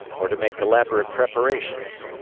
or to make elaborate preparations.